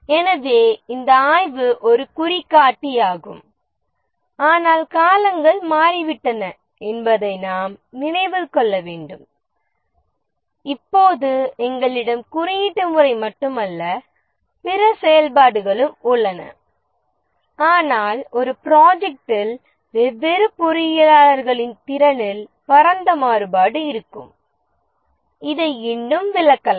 எனவே இந்த ஆய்வு ஒரு குறிகாட்டியாகும் ஆனால் காலங்கள் மாறிவிட்டன என்பதை நாம் நினைவில் கொள்ள வேண்டும் இப்போது எங்களிடம் குறியீட்டு முறை மட்டுமல்ல பிற செயல்பாடுகளும் உள்ளன ஆனால் ஒரு ப்ரொஜெக்ட்டில் வெவ்வேறு பொறியியலாளர்களின் திறனில் பரந்த மாறுபாடு இருக்கும் இதை இன்னும் விளக்கலாம்